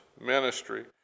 ministry